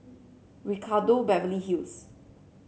Ricardo Beverly Hills